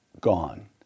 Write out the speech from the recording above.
gone